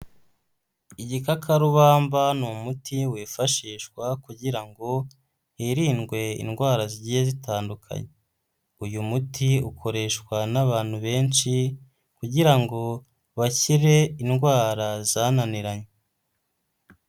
Igikakarubamba ni umuti wifashishwa kugira ngo hirindwe indwara zigiye zitandukanye. Uyu muti ukoreshwa n'abantu benshi kugira ngo bakire indwara zananiranye.